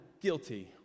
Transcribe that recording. guilty